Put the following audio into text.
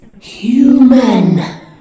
human